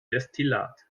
destillat